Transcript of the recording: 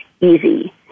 easy